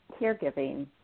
caregiving